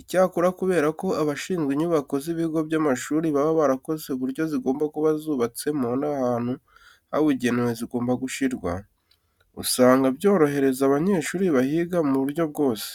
Icyakora kubera ko abashinzwe inyubako z'ibigo by'amashuri baba barakoze uburyo zigomba kuba zubatsemo n'ahantu habugenewe zigomba gushyirwa, usanga byorohereza abanyeshuri bahiga mu buryo bwose.